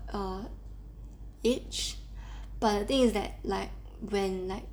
err age but the thing is that like when like